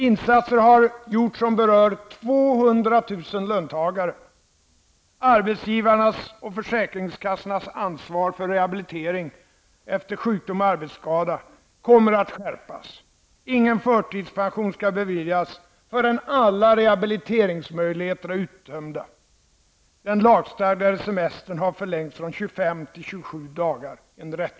Insatser har gjorts som berör Arbetsgivarnas och försäkringskassornas ansvar för rehabilitering efter sjukdom och arbetsskada kommer att skärpas. Ingen förtidspension skall beviljas förrän alla rehabiliteringsmöjligheter är uttömda.